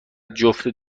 جفت